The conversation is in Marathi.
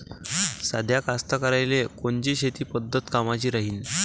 साध्या कास्तकाराइले कोनची शेतीची पद्धत कामाची राहीन?